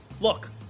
Look